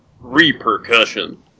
repercussion